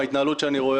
מההתנהלות שאני רואה,